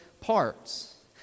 parts